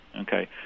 Okay